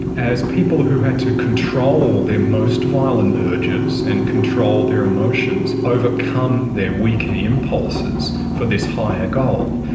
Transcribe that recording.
as people who had to control their most violent urges and control their emotions overcome their weaker impulses for this higher goal.